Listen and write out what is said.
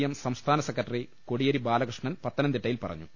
M സംസ്ഥാന secretary Kodiyeri Balakrishnan പത്തനംതിട്ടയിൽ പറഞ്ഞു